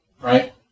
right